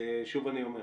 שוב אני אומר,